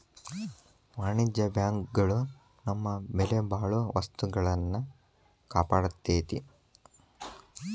ವಾಣಿಜ್ಯ ಬ್ಯಾಂಕ್ ಗಳು ನಮ್ಮ ಬೆಲೆಬಾಳೊ ವಸ್ತುಗಳ್ನ ಕಾಪಾಡ್ತೆತಿ